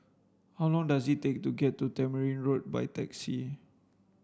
how long does it take to get to Tamarind Road by taxi